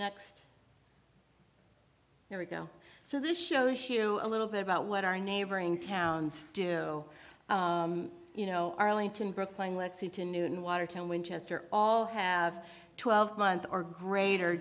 next year ago so this shows you a little bit about what our neighboring towns do you know arlington brooklyn lexington new in watertown winchester all have twelve months or greater